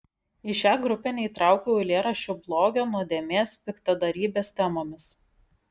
į šią grupę neįtraukiau eilėraščių blogio nuodėmės piktadarybės temomis